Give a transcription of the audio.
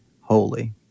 holy